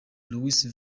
louis